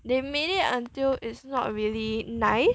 they made it until it's not really nice